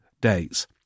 days